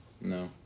No